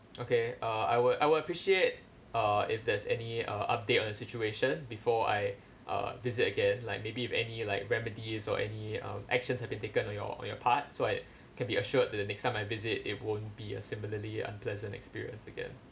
okay uh I will I will appreciate err if there's any uh update on the situation before I err visit again like maybe if any like remedies or any um actions have been taken on your on your part so I can be assured that the next time I visit it won't be a similarly unpleasant experience again